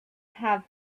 have